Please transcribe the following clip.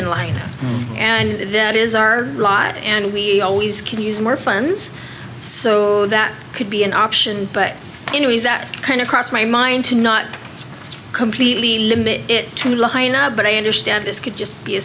in line and that is our lot and we always could use more funds so that could be an option but in ways that kind of crossed my mind to not completely limit it to line up but i understand this could just be a